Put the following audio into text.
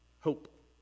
Hope